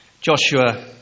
Joshua